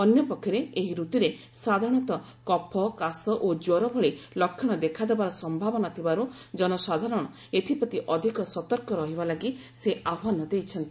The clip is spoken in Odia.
ଅନ୍ୟପକ୍ଷରେ ଏହି ଋତୁରେ ସାଧାରଣତଃ କଫ କାଶ ଓ ଜ୍ୱର ଭଳି ଲକ୍ଷଣ ଦେଖାଦେବାର ସମ୍ଭାବନା ଥିବାରୁ ଜନସାଧାରଣ ଏଥପ୍ରତି ଅଧିକ ସତର୍କ ରହିବା ଲାଗି ସେ ଆହ୍ବାନ ଦେଇଛନ୍ତି